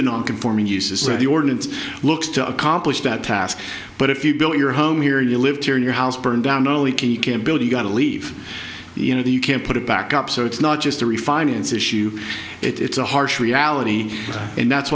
the non conforming uses the ordinance looks to accomplish that task but if you build your home here you live here in your house burned down not only can you can't build you've got to leave you know you can't put it back up so it's not just a refinance issue it's a harsh reality and that's